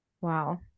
wow